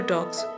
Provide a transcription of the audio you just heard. Talks